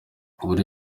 buri